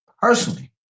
personally